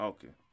Okay